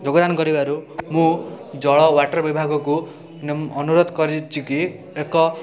ଯୋଗଦାନ କରିବାରୁ ମୁଁ ଜଳ ୱାଟର୍ ବିଭାଗକୁ ଅନୁରୋଧ କରିଛି କି ଏକ